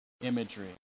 imagery